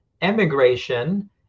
emigration